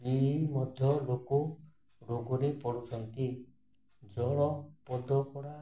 ଏହି ମଧ୍ୟ ଲୋକ ରୋଗରେ ପଡ଼ୁଛନ୍ତି ଜଳପଦପଡ଼ା